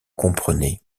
comprenait